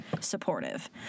supportive